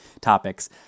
topics